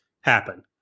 happen